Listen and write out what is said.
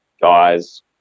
guys